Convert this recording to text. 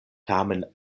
tamen